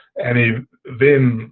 and he then